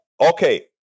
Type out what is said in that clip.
Okay